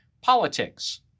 politics